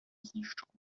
zniszczony